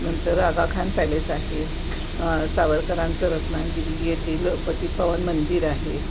नंतर आगाखान पॅलेस आहे सावरकरांचं रत्नागिरी येथील पतीतपावन मंदिर आहे